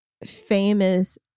famous